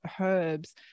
herbs